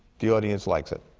the audience likes it.